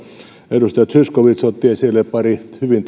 edustaja zyskowicz otti esille pari hyvin